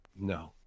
No